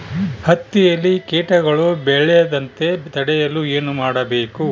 ಹತ್ತಿಯಲ್ಲಿ ಕೇಟಗಳು ಬೇಳದಂತೆ ತಡೆಯಲು ಏನು ಮಾಡಬೇಕು?